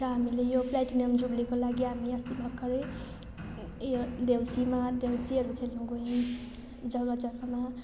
र हामीले यो प्लेटिनियम जुब्लीको लागि हामी अस्ति भखरै ए अ देउसीमा देउसीहरू खेल्नु गयौँ जग्गा जग्गामा